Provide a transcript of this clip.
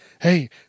Hey